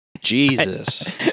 Jesus